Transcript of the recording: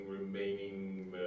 remaining